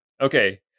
Okay